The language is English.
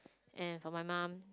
and for my mum